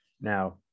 Now